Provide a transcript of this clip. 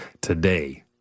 today